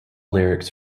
lyrics